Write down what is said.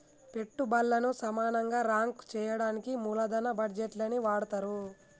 పెట్టుబల్లను సమానంగా రాంక్ చెయ్యడానికి మూలదన బడ్జేట్లని వాడతరు